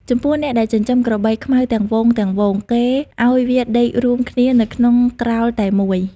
ចំពោះអ្នកដែលចិញ្ចឹមក្របីខ្មៅទាំងហ្វូងៗ គេឱ្យវាដេករួមគ្នានៅក្នុងក្រោលតែមួយ។